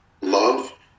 love